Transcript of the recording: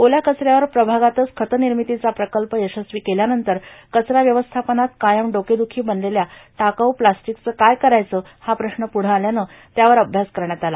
ओल्या कचऱ्यावर प्रभागातच खत निर्मितीचा प्रकल्प यशस्वी केल्यानंतर कचरा व्यवस्थापनात कायम डोकेदुखी बनलेल्या टाकाऊ प्लास्टीकचं काय करायचं हा प्रश्न पुढं आल्यानं त्यावर अभ्यास करण्यात आला